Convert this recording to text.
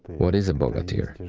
what is a bogatyr?